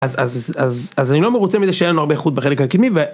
אז אני לא מרוצה מזה שאין לנו הרבה איכות בחלק הקדמי ו...